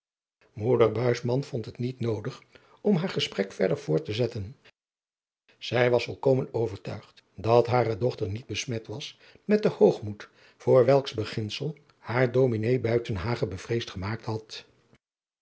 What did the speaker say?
vond het niet noodig om haar gesprek verder voort te zetten zij was volkomen overtuigd dat hare dochter niet besmet was met den hoogmoed voor welks beginsel haar ds buitenhagen bevreesd gemaakt had